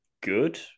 good